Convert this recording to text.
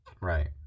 Right